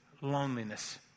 loneliness